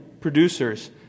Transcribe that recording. producers